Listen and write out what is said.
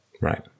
Right